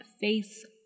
face